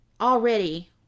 already